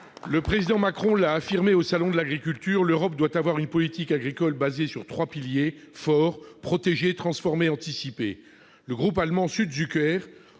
Le président Macron a affirmé au salon de l'agriculture que l'Europe doit avoir une politique agricole basée sur trois piliers forts : protéger, transformer et anticiper. Le groupe allemand Südzucker,